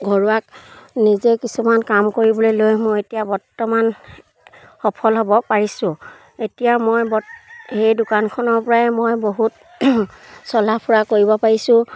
ঘৰুৱাক নিজে কিছুমান কাম কৰিবলৈ লৈ মই এতিয়া বৰ্তমান সফল হ'ব পাৰিছোঁ এতিয়া মই বত সেই দোকানখনৰ পৰাই মই বহুত চলা ফুৰা কৰিব পাৰিছোঁ